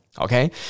Okay